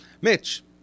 Mitch